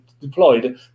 deployed